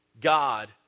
God